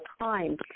time